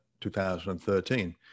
2013